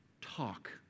talk